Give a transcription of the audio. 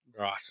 Right